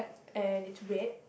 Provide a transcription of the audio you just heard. and it's red